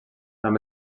amb